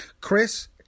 Chris